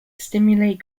stimulate